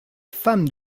femme